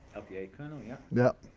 lpa kernel, yeah yeah,